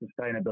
sustainability